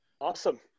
Awesome